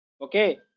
Okay